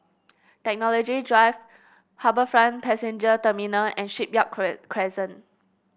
Technology Drive HarbourFront Passenger Terminal and Shipyard Crescent